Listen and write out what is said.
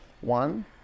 One